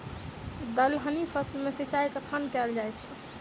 दलहनी फसल मे सिंचाई कखन कैल जाय छै?